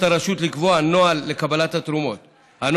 הקים את הרשות הלאומית לתרבות הלאדינו,